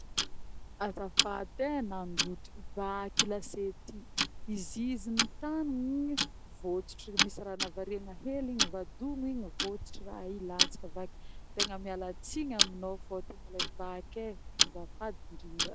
Azafady ein, nandoto, vaky lasety, izy igny nitananô igny votsotra, nisy raha nahavariana hely igny voadogno igny, vôtsotro raha ii, latsaka vaky, tegna miala tsiny aminô fô tegna le vaky e! azafady indrindra.